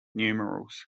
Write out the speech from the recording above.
numerals